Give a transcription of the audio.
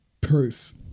proof